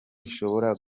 ishobora